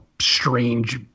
strange